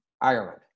Ireland